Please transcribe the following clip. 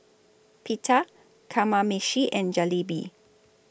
Pita Kamameshi and Jalebi